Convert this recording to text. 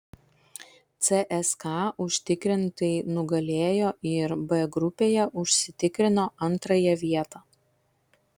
cska užtikrintai nugalėjo ir b grupėje užsitikrino antrąją vietą